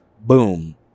boom